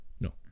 No